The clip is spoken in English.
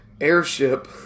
airship